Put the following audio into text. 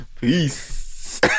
Peace